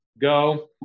Go